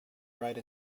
write